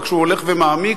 רק שהוא הולך ומעמיק,